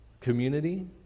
community